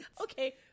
Okay